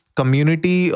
community